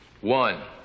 One